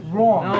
Wrong